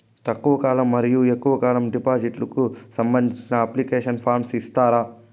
తక్కువ కాలం మరియు ఎక్కువగా కాలం డిపాజిట్లు కు సంబంధించిన అప్లికేషన్ ఫార్మ్ ఇస్తారా?